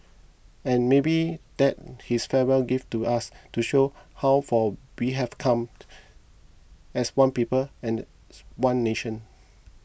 and maybe that's his farewell gift to us to show how far we've come as one people as one nation